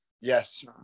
yes